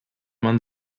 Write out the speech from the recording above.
man